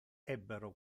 ebbero